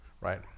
right